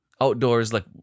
outdoors—like